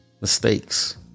Mistakes